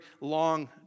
long